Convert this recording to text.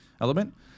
element